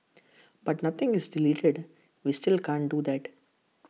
but nothing is deleted we still can't do that